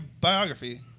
biography